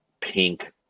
pink